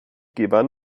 gewann